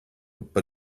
but